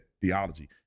theology